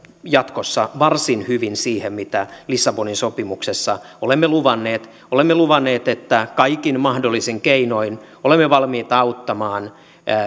jatkossa varsin hyvin siihen mitä lissabonin sopimuksessa olemme luvanneet olemme luvanneet että kaikin mahdollisin keinoin olemme valmiit auttamaan